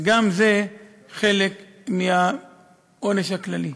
וגם זה חלק מהעונש הכללי.